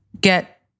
get